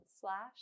slash